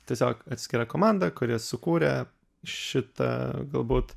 tiesiog atskira komanda kuri sukūrė šitą galbūt